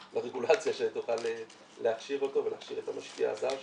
לרגולציה שתוכל להכשיר אותו ולהכשיר את המשקיע הזר שם.